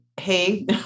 Hey